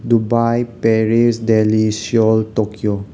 Dubai Paris Delhi Seoul Tokyo